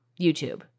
YouTube